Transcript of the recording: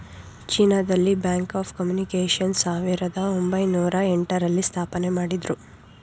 China ದಲ್ಲಿ bank of communications ಸಾವಿರದ ಒಂಬೈನೊರ ಎಂಟ ರಲ್ಲಿ ಸ್ಥಾಪನೆಮಾಡುದ್ರು